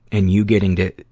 and you getting to,